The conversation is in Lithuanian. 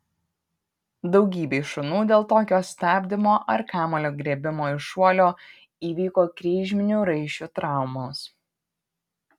daugybei šunų dėl tokio stabdymo ar kamuolio griebimo iš šuolio įvyko kryžminių raiščių traumos